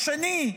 השני,